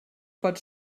pot